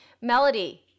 Melody